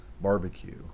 barbecue